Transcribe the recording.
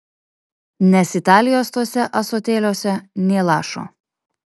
nes italijos tuose ąsotėliuose nė lašo